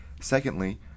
Secondly